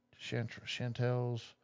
Chantels